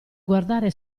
guardare